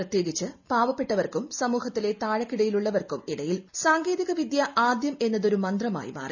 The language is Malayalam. പ്രത്യേകിച്ച് പാവപ്പട്ടവർക്കും സമൂഹത്തിലെ താഴെക്കിടയിൽ ഉള്ളവർക്കും ഇടയിൽ സാങ്കേതികവിദ്യ ആദ്യം എന്നത് ഒരു മന്ത്രമായി മാറി